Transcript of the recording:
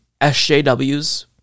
SJWs